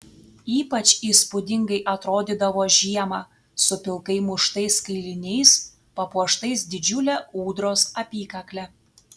ypač įspūdingai atrodydavo žiemą su pilkai muštais kailiniais papuoštais didžiule ūdros apykakle